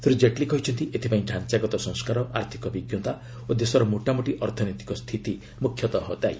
ଶ୍ରୀ ଜେଟ୍ଲୀ କହିଛନ୍ତି ଏଥିପାଇଁ ଢାଞ୍ଚାଗତ ସଂସ୍କାର ଆର୍ଥକ ବିଜ୍ଞତା ଓ ଦେଶର ମୋଟାମୋଟି ଅର୍ଥନୈତିକ ସ୍କ୍ରିତି ମୁଖ୍ୟତଃ ଦାୟୀ